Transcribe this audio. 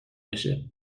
بشه